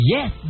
Yes